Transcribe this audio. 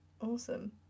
Awesome